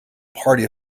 party